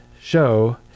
show